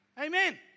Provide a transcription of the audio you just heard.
Amen